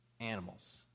animals